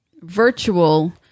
virtual